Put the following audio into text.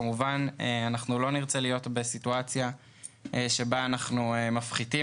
כמובן שאנחנו לא נרצה להיות בסיטואציה שבה אנחנו מפחיתים